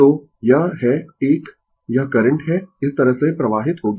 तो यह है एक यह करंट है इस तरह से प्रवाहित होगी